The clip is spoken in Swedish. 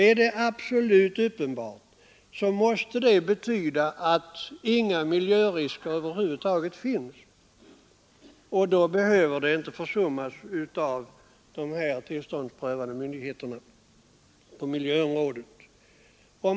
Är det så absolut uppenbart, måste det betyda att över huvud taget inga miljörisker finns, och då blir det inte heller fråga om någon försummelse av de tillståndsprövande myndigheterna på miljöområdet.